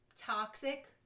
toxic